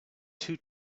two